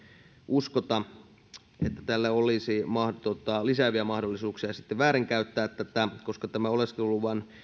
uskota että tällä olisi lisääviä mahdollisuuksia väärinkäyttää tätä koska oleskeluluvan